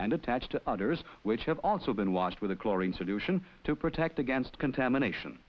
and attached to others which have also been washed with a chlorine solution to protect against contamination